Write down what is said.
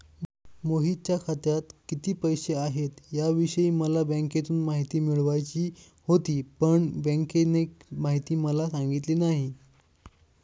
मोहितच्या खात्यात किती पैसे आहेत याविषयी मला बँकेतून माहिती मिळवायची होती, पण बँकेने माहिती मला सांगितली नाही